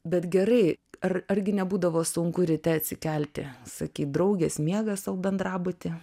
bet gerai ar argi nebūdavo sunku ryte atsikelti sakyt draugės miega sau bendrabuty